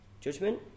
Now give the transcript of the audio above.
Judgment